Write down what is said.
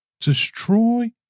destroy